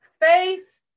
Faith